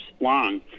long